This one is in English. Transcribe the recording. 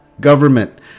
government